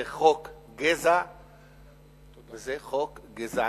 זה חוק גזע וזה חוק גזעני.